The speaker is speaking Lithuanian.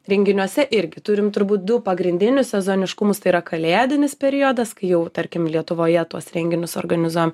renginiuose irgi turim turbūt du pagrindinius sezoniškumus tai yra kalėdinis periodas kai jau tarkim lietuvoje tuos renginius organizuojam